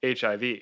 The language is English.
HIV